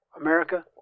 America